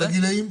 לכל הגילאים?